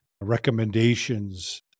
recommendations